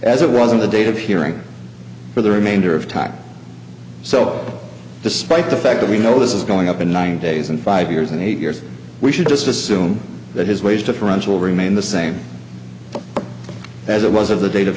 as it was on the date of hearing for the remainder of time so despite the fact that we know this is going up in nine days and five years and eight years we should just assume that his wage differential remain the same as it was of the date of